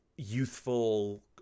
youthful